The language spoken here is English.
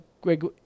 Greg